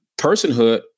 Personhood